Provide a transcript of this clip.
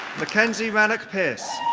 mackenzie rannoch pearce.